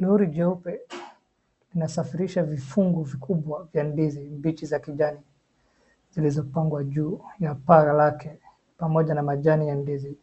Lori cheupe linasafirisha vifungu vikubwa vya ndizi mbichi za kijani, zilizopangwa juu ya paa lake pamoja na majani ya ndizi,